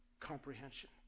comprehension